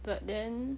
but then